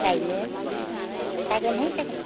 गायनो जागोनहाय जागोन